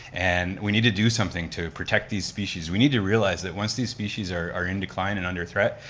and we need to do something to protect these species. we need to realize that once these species are are in decline and under threat,